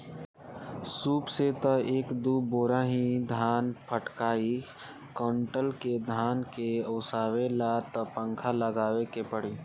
सूप से त एक दू बोरा ही धान फटकाइ कुंयुटल के धान के ओसावे ला त पंखा लगावे के पड़ी